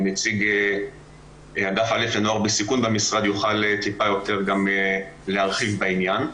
נציג אגף לנוער בסיכון במשרד יוכל גם טיפה יותר להרחיב בעניין.